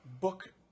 book